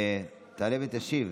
תעלה ותשיב